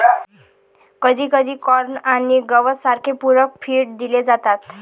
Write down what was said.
कधीकधी कॉर्न आणि गवत सारखे पूरक फीड दिले जातात